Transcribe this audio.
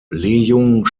leung